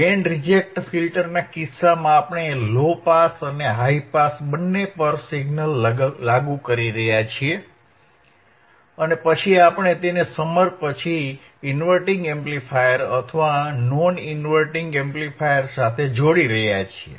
band reject ફિલ્ટરના કિસ્સામાં આપણે લો પાસ અને હાઇ પાસ બંને પર સિગ્નલ લાગુ કરી રહ્યા છીએ અને પછી આપણે તેને સમર પછી ઇન્વર્ટીંગ એમ્પ્લીફાયર અથવા નોન ઇન્વર્ટીંગ એમ્પ્લીફાયર સાથે જોડી રહ્યા છીએ